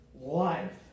life